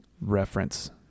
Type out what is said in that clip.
reference